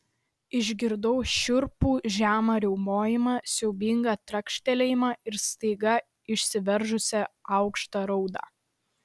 išgirdau šiurpų žemą riaumojimą siaubingą trakštelėjimą ir staiga išsiveržusią aukštą raudą